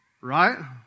right